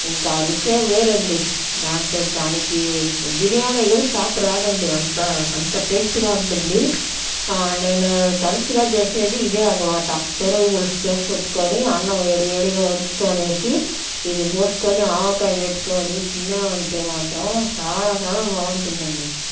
ఇంకా ఆ రుచే వేరండి దాంట్లో దానికి బిర్యానీ కూడా సాటి రాదండి అంత అంత టేస్ట్గా ఉంటుంది నేను తరచుగా చేసేది ఇదే అనమాట పెరుగు పులుసు చేసిపెట్టుకొని అన్నం వేడివేడిగా వంచుకొనేసి ఇది పోసుకొని ఆవకాయ పెట్టుకొని తిన్నామంటే మాత్రం చాలా చాలా బాగుంటుంది అండి